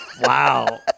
Wow